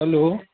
hello